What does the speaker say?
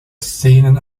szenen